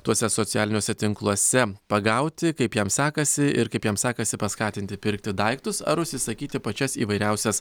tuose socialiniuose tinkluose pagauti kaip jam sekasi ir kaip jam sekasi paskatinti pirkti daiktus ar užsisakyti pačias įvairiausias